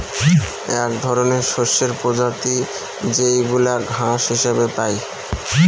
এক ধরনের শস্যের প্রজাতি যেইগুলা ঘাস হিসেবে পাই